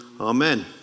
Amen